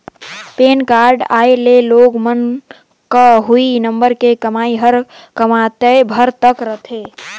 PAN card आए ले लोग मन क हुई नंबर के कमाई हर कमातेय भर तक रथे